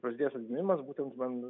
prasidėjęs atgimimas būtent man